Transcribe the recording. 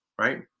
right